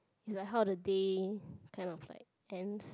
it's like how the day kind of like ends